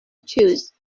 choose